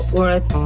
worth